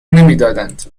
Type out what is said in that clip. نمیدادند